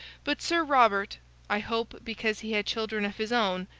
but sir robert i hope because he had children of his own,